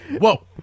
whoa